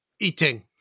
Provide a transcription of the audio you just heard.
Eating